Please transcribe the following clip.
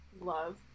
love